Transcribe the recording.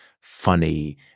funny